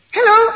Hello